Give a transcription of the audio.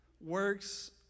works